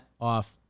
off